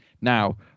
Now